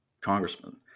congressman